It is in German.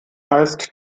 heißt